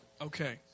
Okay